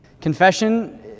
Confession